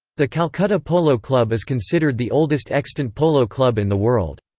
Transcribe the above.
the calcutta polo club is considered the oldest extant polo club in the world.